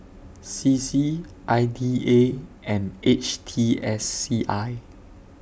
C C I D A and H T S C I